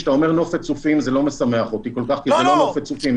כשאתה אומר נופת צופים זה לא משמח אותי כל כך כי זה לא נופת צופים.